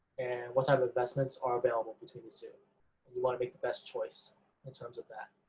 and what type of investments are available between these two. and you want to make the best choice in terms of that.